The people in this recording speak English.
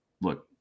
Look